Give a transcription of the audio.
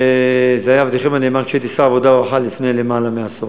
היה עבדכם הנאמן כשהייתי שר העבודה והרווחה לפני למעלה מעשור,